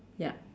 yup